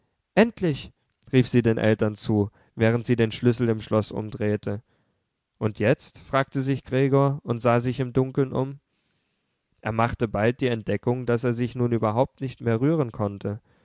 endlich rief sie den eltern zu während sie den schlüssel im schloß umdrehte und jetzt fragte sich gregor und sah sich im dunkeln um er machte bald die entdeckung daß er sich nun überhaupt nicht mehr rühren konnte